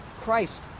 christ